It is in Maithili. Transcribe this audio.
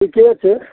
ठीके छै